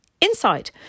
inside